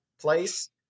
place